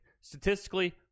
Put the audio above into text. Statistically